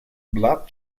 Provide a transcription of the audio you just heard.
blood